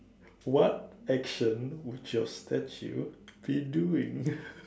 what action would your statue be doing